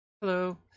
Hello